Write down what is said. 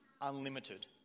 unlimited